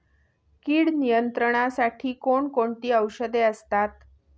कीड नियंत्रणासाठी कोण कोणती औषधे असतात?